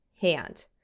hand